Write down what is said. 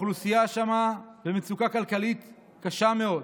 האוכלוסייה שם במצוקה כלכלית קשה מאוד.